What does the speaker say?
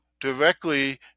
directly